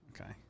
Okay